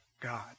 God